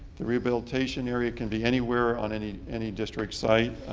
the rehabilitation area can be anywhere on any any district site.